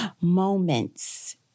moments